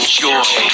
joy